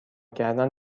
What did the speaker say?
کردن